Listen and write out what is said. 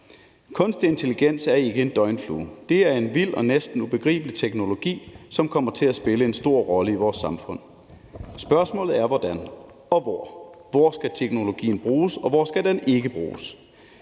Kunstig intelligens er ikke en døgnflue. Det er en vild og næsten ubegribelig teknologi, som kommer til at spille en stor rolle i vores samfund. Spørgsmålet er hvordan og hvor. Hvor skal teknologien bruges, og hvor skal den ikke bruges?